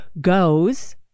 goes